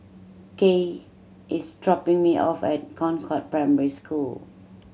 gaye is dropping me off at Concord Primary School